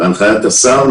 בהנחית השר,